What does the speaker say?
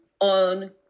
on